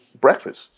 breakfast